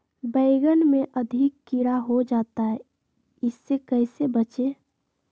बैंगन में अधिक कीड़ा हो जाता हैं इससे कैसे बचे?